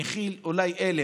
שמכיל אולי 1,000,